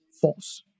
false